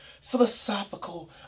philosophical